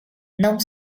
não